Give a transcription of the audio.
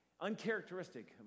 Uncharacteristic